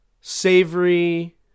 Savory